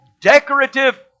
decorative